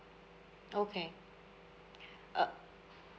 okay uh